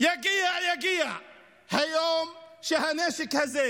יגיע, יגיע היום שבו הנשק הזה,